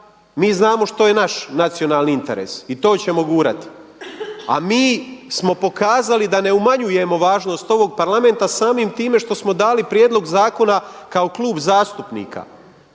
Mi znamo što je naš nacionalni interes i to ćemo gurati. A mi smo pokazali da ne umanjujemo važnost ovog Parlamenta samim time što smo dali prijedlog zakona kao klub zastupnika,